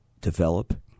develop